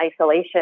isolation